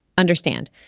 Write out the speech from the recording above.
Understand